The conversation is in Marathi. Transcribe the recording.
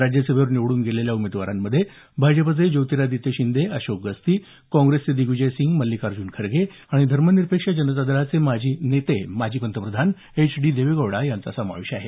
राज्यसभेवर निवडून गेलेल्या उमेदवारांमध्ये भाजपचे ज्योतिरादित्य शिंदे अशोक गस्ती काँग्रेसचे दिग्वीजयसिंह मल्लिकार्जुन खरगे धर्मनिरपेक्ष जनता दलाचे नेते माजी पंतप्रधान एच डी देवेगौडा यांचा समावेश आहे